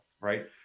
right